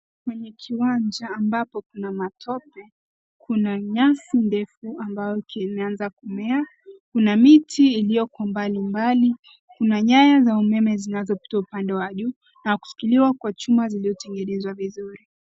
Mwenye kiwanja ambapo kuna matope, kuna nyasi ndefu ambayo kimeanza kumea, kuna miti iliyo kwa mbali mbalimbali, kuna nyaya za umeme zinazopita upande wa juu na kushikiliwa kwa chuma ziliyotengenezwa vizuri.